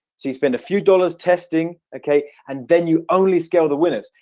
so you spend a few dollars testing okay? and then you only scale the winners,